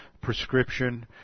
prescription